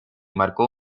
marcó